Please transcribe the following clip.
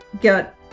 get